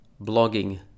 blogging